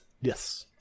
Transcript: Yes